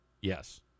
yes